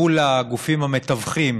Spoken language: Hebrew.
מול הגופים המתווכים